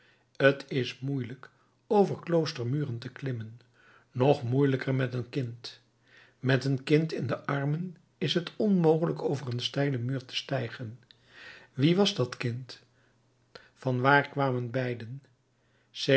t is moeielijk over kloostermuren te klimmen nog moeielijker met een kind met een kind in de armen is t onmogelijk over een steilen muur te stijgen wie was dat kind van waar kwamen beiden